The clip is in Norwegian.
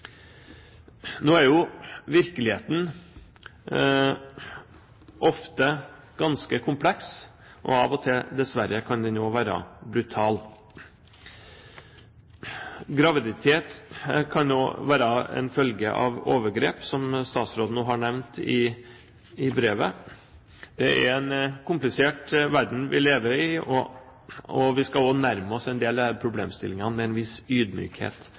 Nå er jo virkeligheten ofte ganske kompleks, og av og til kan den dessverre også være brutal. Graviditet kan også være en følge av overgrep, som statsråden også har nevnt i brevet. Det er en komplisert verden vi lever i, og vi skal også nærme oss en del av disse problemstillingene med en viss ydmykhet.